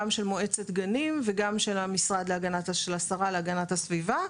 גם של מועצת גנים וגם של המשרד של השרה להגנת הסביבה,